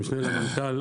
המשנה למנכ"ל,